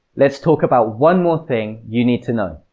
let's talk about one more thing you need to know.